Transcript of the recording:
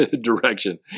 direction